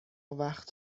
وقت